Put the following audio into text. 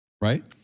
Right